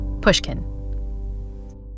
pushkin